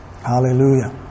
Hallelujah